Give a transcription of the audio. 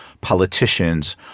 politicians